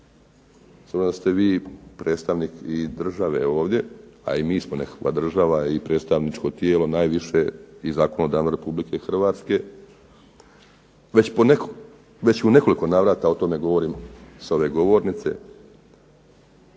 obzirom da ste vi predstavnik i države ovdje,a i mi smo nekakva država i predstavničko tijelo najviše i zakonodavno RH već u nekoliko navrata o tome govorim s ove govornice,